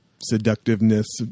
seductiveness